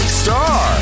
star